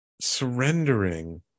surrendering